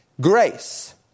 grace